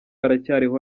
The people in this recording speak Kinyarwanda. aracyariho